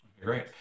Great